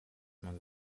man